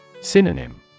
Synonym